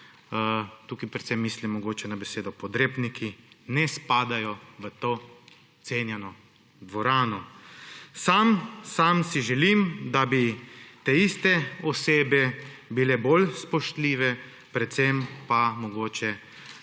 tukaj predvsem mislim mogoče na besedo podrepniki, ne spadajo v to cenjeno dvorano. Sam si želim, da bi te iste osebe bile bolj spoštljive predvsem pa mogoče